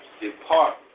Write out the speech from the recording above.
depart